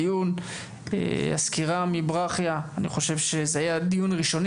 הדיון הזה הוא ראשוני